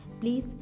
please